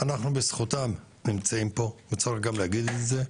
אנחנו בזכותם נמצאים פה וצריך גם להגיד את זה,